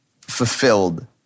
fulfilled